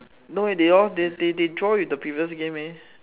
no eh they all they they they draw in the previous game eh